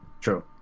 true